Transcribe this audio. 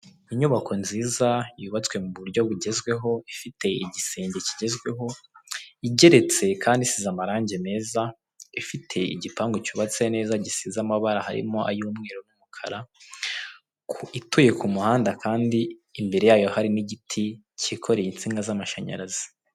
Inyubako nziza yubatswe mu buryo bugezweho, ifite igisenge kigezweho, igeretse kandi isize amarange meza, ifite igipangu cyubatse neza gisize amabara harimo ay'umweru n'umukara, ituye ku muhanda kandi imbere yayo harimo igiti kikoreye insinga z'amashanyarazi.